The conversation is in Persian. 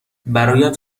برایت